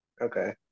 Okay